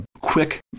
quick